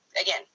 Again